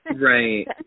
Right